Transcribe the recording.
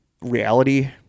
reality